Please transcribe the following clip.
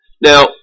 Now